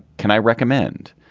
can i recommend.